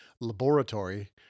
laboratory